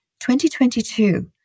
2022